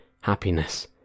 happiness